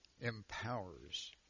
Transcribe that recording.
empowers